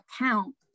account